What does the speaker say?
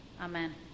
Amen